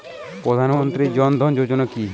প্রধান মন্ত্রী জন ধন যোজনা কি?